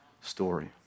story